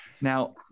Now